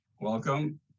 Welcome